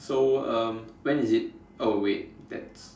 so um when is it oh wait that